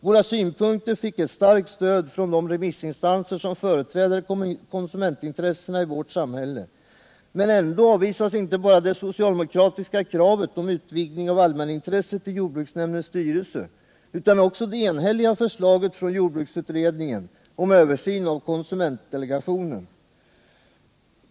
Våra synpunkter fick ett starkt stöd av de remissinstanser som företräder konsumentintressena i vårt samhälle, men ändå avvisas inte bara det socialdemokratiska kravet om en utvidgning av allmänintresset i jordbruksnämndens styrelse utan också jordbruksutredningens enhälliga förslag om översyn av konsumentdelegationen.